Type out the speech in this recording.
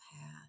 path